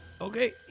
Okay